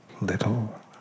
little